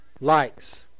likes